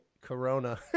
Corona